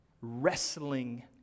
wrestling